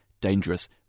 dangerous